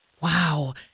Wow